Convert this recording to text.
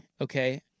Okay